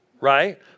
Right